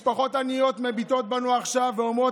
משפחות עניות מביטות בנו עכשיו ואומרות: